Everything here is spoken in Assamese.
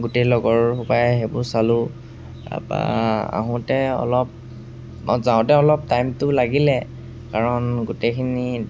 গোটেই লগৰ সোপাই সেইবোৰ চালোঁ তাৰ পৰা আহোঁতে অলপ যাওঁতে অলপ টাইমটো লাগিলে কাৰণ গোটেইখিনি